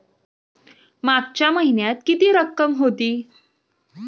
मागच्या महिन्यात किती रक्कम होती?